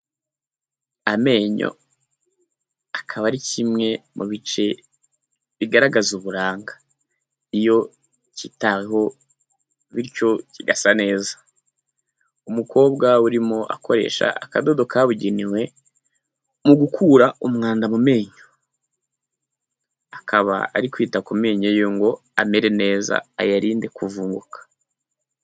Amenyo akaba ari kimwe mu bice bigaragaza uburanga, iyo kitaweho bityo kigasa neza. Umukobwa urimo akoresha akadodo kabugenewe mu gukura umwanda mu menyo. Akaba ari kwita ku menyo ye ngo amere neza, ayarinde kuvunguka.